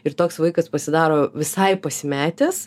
ir toks vaikas pasidaro visai pasimetęs